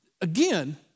again